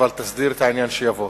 אבל תסדיר את העניין שיבוא.